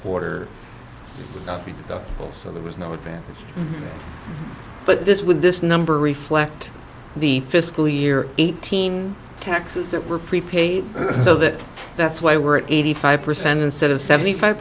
well so there was no advantage but this would this number reflect the fiscal year eighteen taxes that were prepaid so that that's why we're eighty five percent instead of seventy five